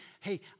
hey